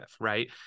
right